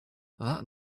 that